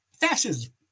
fascism